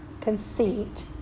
conceit